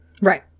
Right